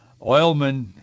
oilmen